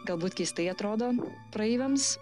galbūt keistai atrodo praeiviams